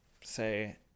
say